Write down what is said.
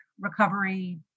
recovery